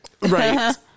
right